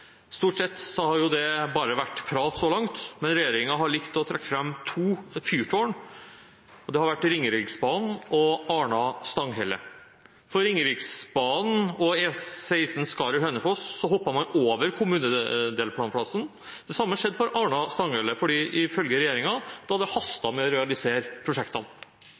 Stort sett har det bare vært prat så langt, men regjeringen har likt å trekke fram to fyrtårn – Ringeriksbanen og Arna–Stanghelle. For Ringeriksbanen og E16 Skaret–Hønefoss hoppet man over kommunedelplanfasen. Det samme skjedde for Arna–Stanghelle, da det ifølge regjeringen hastet med å realisere prosjektene.